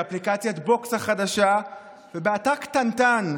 באפליקציית BOX החדשה ובאתר קטנטן,